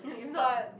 but